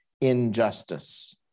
injustice